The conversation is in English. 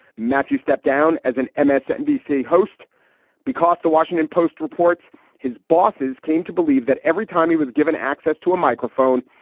matthew stepped down as an msnbc host because the washington post reports his bosses came to believe that every time he was given access to a microphone,